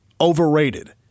overrated